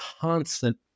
constant